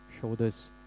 shoulders